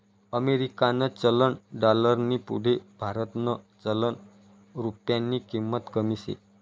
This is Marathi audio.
अमेरिकानं चलन डालरनी पुढे भारतनं चलन रुप्यानी किंमत कमी शे